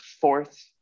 fourth